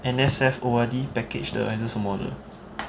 N_S_F O_R_D package 的还是什么的